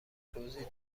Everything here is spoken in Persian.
توضیح